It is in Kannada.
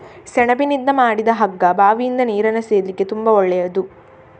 ಸೆಣಬಿನಿಂದ ಮಾಡಿದ ಹಗ್ಗ ಬಾವಿಯಿಂದ ನೀರನ್ನ ಸೇದ್ಲಿಕ್ಕೆ ತುಂಬಾ ಒಳ್ಳೆಯದು